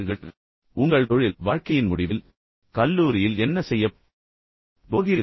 உங்கள் தொழில் வாழ்க்கையின் முடிவு உங்கள் தொழில் வாழ்க்கையின் முடிவில் உங்கள் கல்லூரியில் நீங்கள் என்ன செய்யப் போகிறீர்கள்